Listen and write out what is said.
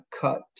cut